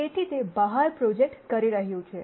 તેથી તે બહાર પ્રોજેક્ટ કરી રહ્યું છે